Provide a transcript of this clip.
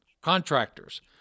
contractors